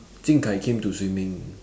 Jing Kai came to swimming